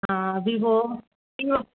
Vivo நீங்களும்